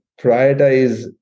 prioritize